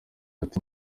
ati